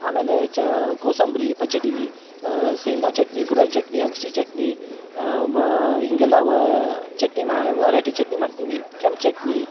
ಆಮೇಲೆ ಚಾ ಕೋಸಂಬರಿ ಪಚ್ಚಡಿ ಶೇಂಗಾ ಚಟ್ನಿ ಗುರೊಳ್ಳು ಚಟ್ನಿ ಅಗ್ಸೆ ಚಟ್ನಿ ಮಾ ಹೀಗೆಲ್ಲ ವ ಚಟ್ನಿ ಮಾ ವರೈಟಿ ಚಟ್ನಿ ಮಾಡ್ತೀವಿ ಕೆಂಪು ಚಟ್ನಿ